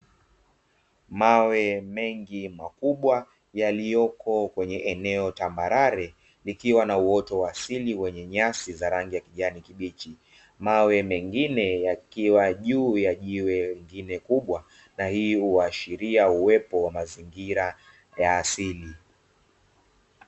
Mawe mengi makubwa yalioko kwenye eneo tambarare likiwa na uoto wa asili wenye nyasi za rangi ya kijani kibichi. Mawe mengine yakiwa juu ya jiwe lingine kubwa na hii huashiria uwepo wa mazingira ya asili.